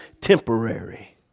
temporary